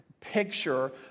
picture